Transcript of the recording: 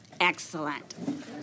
Excellent